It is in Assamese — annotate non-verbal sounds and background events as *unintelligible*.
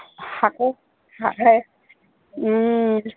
শাকো *unintelligible*